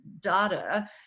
data